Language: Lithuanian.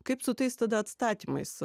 kaip su tais tada atstatymais